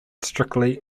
strictly